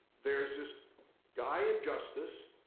there's this guy in justice,